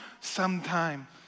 sometime